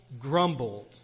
grumbled